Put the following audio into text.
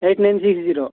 eight nine six zero